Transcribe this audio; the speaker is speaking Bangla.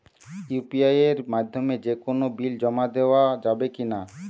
ইউ.পি.আই এর মাধ্যমে যে কোনো বিল জমা দেওয়া যাবে কি না?